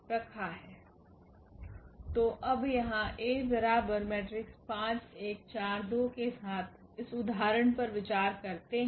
तो अब यहाँ के साथ इस उदाहरण पर विचार करते हैं